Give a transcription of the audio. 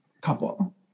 couple